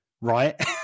right